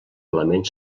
element